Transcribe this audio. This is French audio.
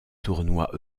tournois